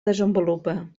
desenvolupa